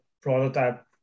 prototype